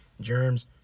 germs